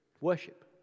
worship